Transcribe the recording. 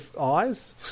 eyes